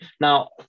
Now